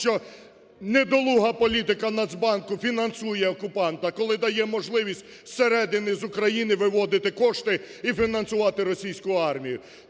що недолуга політика Нацбанку фінансує окупанта, коли дає можливість з середини, з України виводити кошти і фінансувати російську армію.